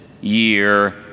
year